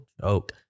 joke